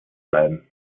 bleiben